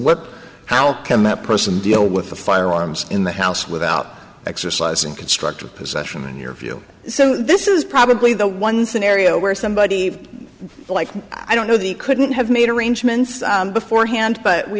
what how can that person deal with the firearms in the house without exercising constructive possession in your view so this is probably the one scenario where somebody like i don't know the couldn't have made arrangements beforehand but we